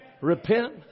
repent